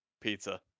pizza